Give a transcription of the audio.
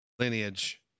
Lineage